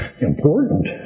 important